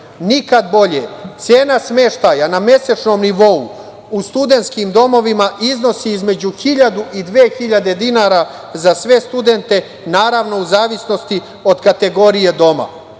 Nikad bolje. Cena smeštaja na mesečnom nivou u studentskim domovima iznosi između 1.000 i 2.000 dinara za sve studente, zavisno od kategorije doma.